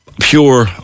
pure